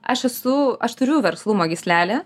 aš esu aš turiu verslumo gyslelę